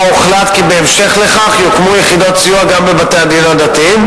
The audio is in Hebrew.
הוחלט כי בהמשך לכך יוקמו יחידות סיוע גם בבתי-הדין הדתיים,